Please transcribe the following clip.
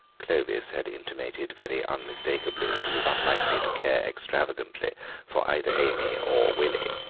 clovis had intimated very unmistakably that he was unlikely to care extravagantly for either amy or willie.